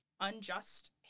unjust